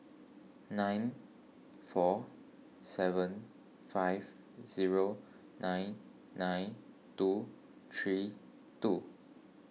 seven four seven five zero nine nine two three two